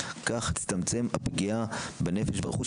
כך תצטמצם הפגיעה בנפש וברכוש,